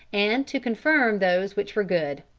and to confirm those which were good.